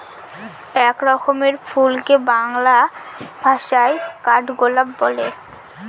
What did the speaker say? এক রকমের ফুলকে বাংলা ভাষায় কাঠগোলাপ বলে